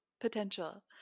potential